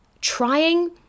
trying